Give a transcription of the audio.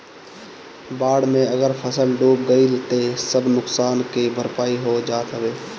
बाढ़ में अगर फसल डूब गइल तअ सब नुकसान के भरपाई हो जात हवे